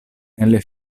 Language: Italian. nelle